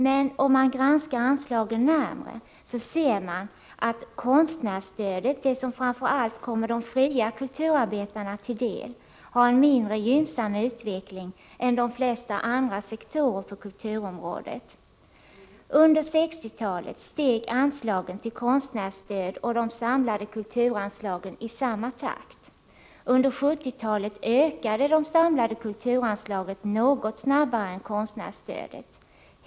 Men om man granskar anslagen närmare ser man att konstnärsstödet, det som framför allt kommer de fria kulturarbetarna till del, har en mindre gynnsam utveckling än de flesta andra sektorer på kulturområdet. Under 1960-talet steg anslagen till konstnärsstöd och de samlade kulturanslagen i samma takt. Under 1970-talet ökade de samlade kulturanslagen något snabbare än konstnärsstödet.